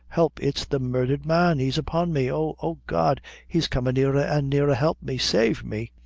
help it's the murdhered man he's upon me. oh oh, god! he's comin' nearer and nearer. help me save me!